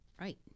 right